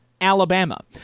Alabama